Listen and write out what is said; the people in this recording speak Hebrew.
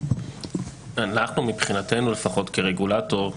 אנחנו מבחינתנו לפחות כרגולטור,